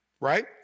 right